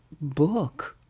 book